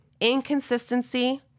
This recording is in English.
inconsistency